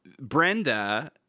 Brenda